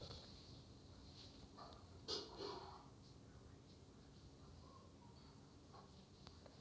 मोर छोटे से चाय ठेला हावे एखर बर बैंक ले करजा मिलिस जाही का?